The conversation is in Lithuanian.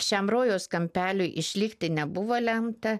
šiam rojaus kampeliui išlikti nebuvo lemta